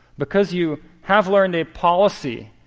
because you have learned a policy,